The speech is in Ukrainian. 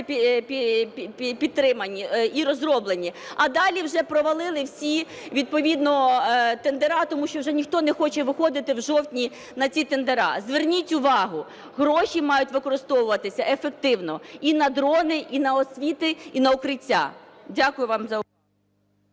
підтримані і розроблені, а далі вже провалили всі відповідно тендери, тому що вже ніхто не хоче виходити в жовтні на ці тендери. Зверніть увагу, гроші мають використовуватися ефективно і на дрони, і на освіту, і на укриття. Дякую вам за увагу.